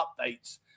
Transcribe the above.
updates